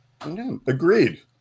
Agreed